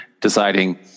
deciding